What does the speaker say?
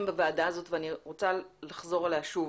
בוועדה האת ואני רוצה לחזור עליה שוב.